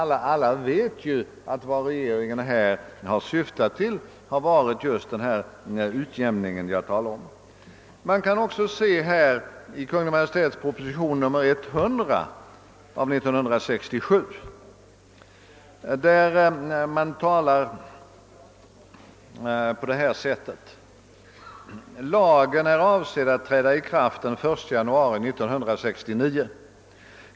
Nej, alla vet ju att vad regeringen här syftar till är den utjämning som jag talar om. Man kan också läsa i Kungl. Maj:ts proposition nr 100, där det bl.a. står: »Lagen är avsedd att träda i kraft den 1 januari 1969.